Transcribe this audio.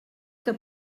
que